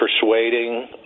persuading